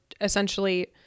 essentially –